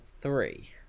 three